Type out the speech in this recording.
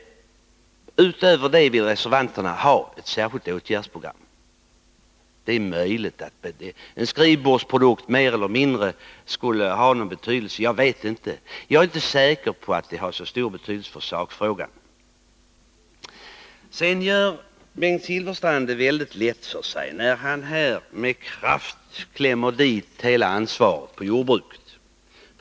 Utöver detta vill reservanterna ha ett särskilt åtgärdsprogram. Det är möjligt att ytterligare en skrivbordsprodukt skulle ha någon betydelse, men jag är inte säker på att det har så stor betydelse för sakfrågan i detta fall. Bengt Silfverstrand gör det lätt för sig, när han med eftertryck lägger hela ansvaret på jordbruket.